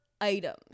items